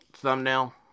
thumbnail